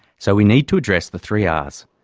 so we need to address the three ah rs,